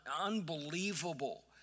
unbelievable